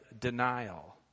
denial